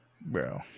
bro